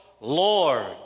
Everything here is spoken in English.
Lord